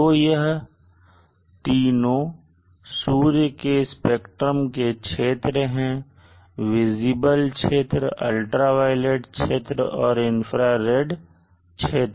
तो यह तीनों सूर्य के स्पेक्ट्रम के क्षेत्र हैं विजिबल क्षेत्र अल्ट्रावायलेट क्षेत्र और इंफ्रारेड क्षेत्र